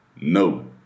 No